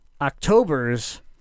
October's